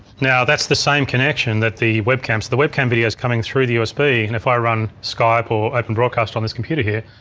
now that's the same connection that the webcam. so the webcam video is coming through the usb and if i run skype or open broadcast on this computer here,